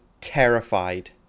terrified